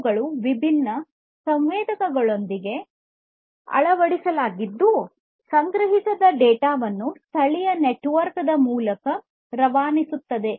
ಅವುಗಳು ವಿಭಿನ್ನ ಸಂವೇದಕಗಳೊಂದಿಗೆ ಅಳವಡಿಸಲಾಗಿದ್ದು ಸಂಗ್ರಹಿಸಿದ ಡೇಟಾವನ್ನು ಸ್ಥಳೀಯ ನೆಟ್ವರ್ಕ್ ನ ಮೂಲಕ ರವಾನಿಸುತ್ತದೆ